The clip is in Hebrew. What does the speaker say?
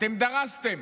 אתם דרסתם,